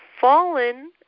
fallen